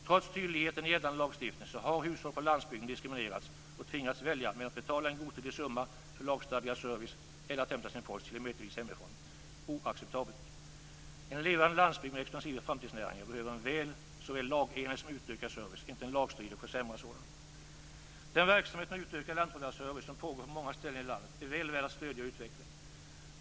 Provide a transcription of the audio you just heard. Trots tydligheten i gällande lagstiftning har hushåll på landsbygden diskriminerats och tvingats välja mellan att betala en godtycklig summa för lagstadgad service eller att hämta sin post kilometervis hemifrån. Det är oacceptabelt. Den verksamhet med utökad lantbrevbärarservice som pågår på många ställen i landet är väl värd att stödja och utveckla.